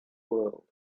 world